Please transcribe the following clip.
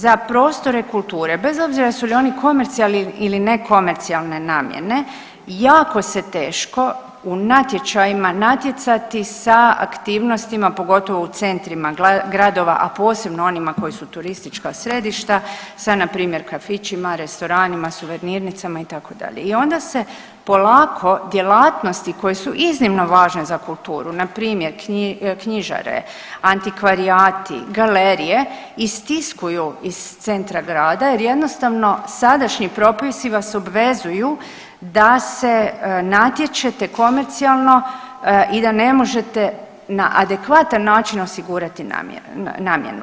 Za prostore kulture, bez obzira jesu li oni komercijalni ili ne komercijalne namjene jako se teško u natječajima natjecati sa aktivnostima pogotovo u centrima gradova, a posebno onima koji su turistička središta sa npr. kafićima, restoranima, suvenirnicama itd. i onda se polako djelatnosti koje su iznimno važne za kulturu npr. knjižare, antikvarijati, galerije istiskuju iz centra grada jer jednostavno sadašnji propisi vas obvezuju da se natječete komercijalno i da ne možete na adekvatan način osigurati namjenu.